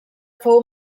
fou